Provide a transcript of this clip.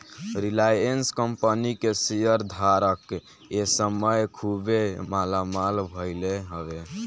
Reliance company के share धारक ए समय खुबे मालामाल भईले हवे